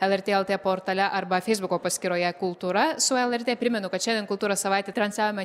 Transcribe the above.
lrt portale arba feisbuko paskyroje kultūra su lrt primenu kad šiandien kultūros savaitė transliavimai